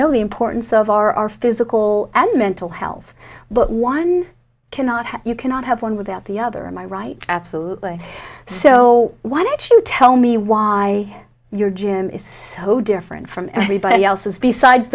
the importance of our our physical and mental health but one cannot have you cannot have one without the other am i right absolutely so why don't you tell me why your gym is so different from everybody else's besides